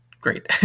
great